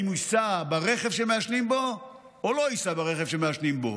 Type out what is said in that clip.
אם הוא ייסע ברכב שמעשנים בו או לא ייסע ברכב שמעשנים בו.